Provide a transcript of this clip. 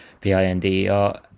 P-I-N-D-E-R